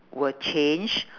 will change